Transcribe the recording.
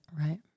right